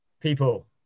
people